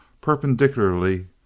perpendicularly